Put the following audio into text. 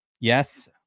Yes